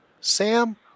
Sam